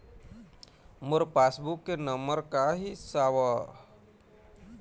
मोर passbook के number का ही साहब?